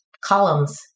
columns